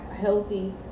healthy